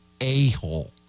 a-hole